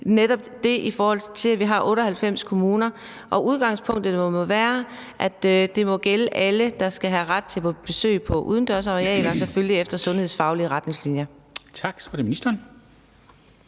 netop det, at vi har 98 kommuner, for udgangspunktet må jo være, at det må gælde alle, at de har ret til besøg på udendørsarealer, selvfølgelig efter sundhedsfaglige retningslinjer Kl. 14:19 Formanden